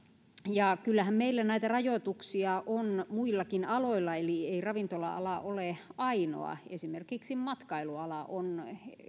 kyllähän meillä näitä rajoituksia on muillakin aloilla eli ei ravintola ala ole ainoa esimerkiksi matkailuala on